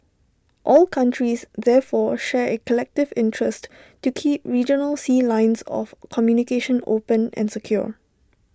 all countries therefore share A collective interest to keep regional sea lines of communication open and secure